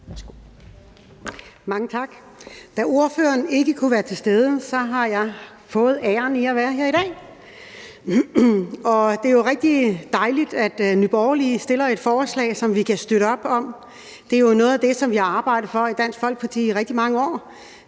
Mange tak. Da vores ordfører ikke kunne være til stede, har jeg fået æren af at være her i dag. Det er rigtig dejligt, at Nye Borgerlige fremsætter et forslag, som vi kan støtte op om. Og det drejer sig jo om noget af det, som vi i Dansk Folkeparti har arbejdet for i rigtig mange år.